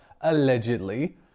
allegedly